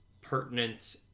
pertinent